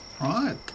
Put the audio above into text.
Right